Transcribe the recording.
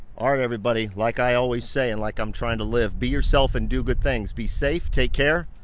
all right, everybody, like i always say, and like i'm trying to live, be yourself and do good things. be safe. take care.